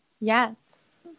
Yes